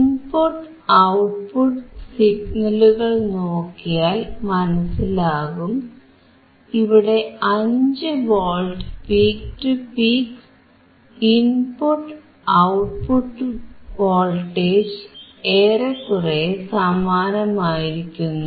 input output സിഗ്നലുകൾ നോക്കിയാൽ മനസിലാകും ഇവിടെ 5 volt peak to peak input ഔട്ട്പുട്ടിൽ വോൾട്ടേജ് ഏറെക്കുറെ സമാനമായിരിക്കുന്നു